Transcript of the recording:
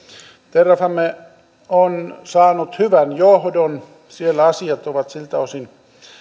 terrafame on saanut hyvän johdon siellä asiat ovat siltä osin